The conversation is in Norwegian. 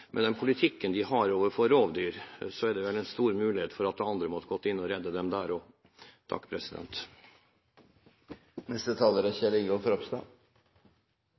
med den politikken de har når det gjelder rovdyr, er det en stor mulighet for at andre måtte ha gått inn og reddet dem der også. Det har vært hevdet – fram og